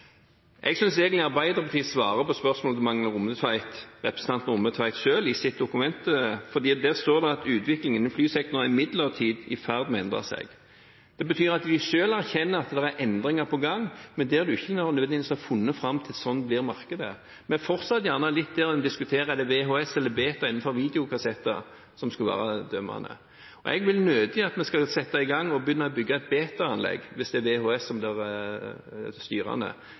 Jeg synes egentlig Arbeiderpartiet selv svarer på spørsmålet fra representanten Magne Rommetveit i sitt dokument, for der står det: «Med utviklingen innen flysektoren er imidlertid markedsbildet i ferd med å endre seg.» Det betyr at de selv erkjenner at det er endringer på gang, men at man ikke nødvendigvis har funnet fram til hvordan markedet blir. Vi er fortsatt litt der at en diskuterer om det er VHS eller Beta innenfor videokassetter som skal være styrende. Jeg vil nødig at vi skal sette i gang og bygge et Beta-anlegg hvis det er VHS som blir styrende,